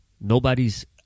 nobody's